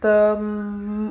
तम